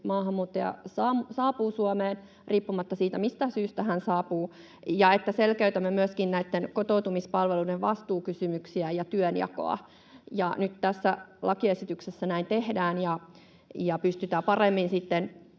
maahanmuuttaja saapuu Suomeen, riippumatta siitä, mistä syystä hän saapuu, ja että selkeytämme myöskin näiden kotoutumispalveluiden vastuukysymyksiä ja työnjakoa. Ja nyt tässä lakiesityksessä näin tehdään ja pystytään paremmin sitten